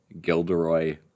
Gilderoy